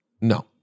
no